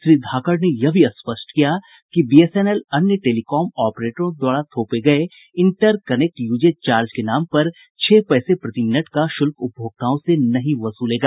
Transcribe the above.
श्री धाकड़ ने यह भी स्पष्ट किया कि बीएसएनएल अन्य टेलीकॉम ऑपरेटरों द्वारा थोपे गये इंटर कनेक्ट यूजेज चार्ज के नाम पर छह पैसे प्रति मिनट का शुल्क उपभोक्ताओं से नहीं वसूलेगा